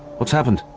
what's happened?